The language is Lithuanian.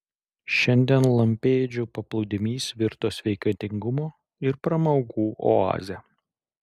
šiandien lampėdžių paplūdimys virto sveikatingumo ir pramogų oaze